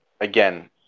again